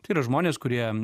tai yra žmonės kurie